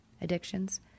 addictions